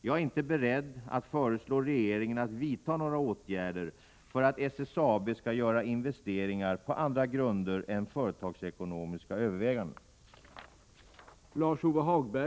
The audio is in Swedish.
Jag är inte beredd att föreslå regeringen att vidta några åtgärder för att SSAB skall göra investeringar på andra grunder än företagsekonomiska överväganden.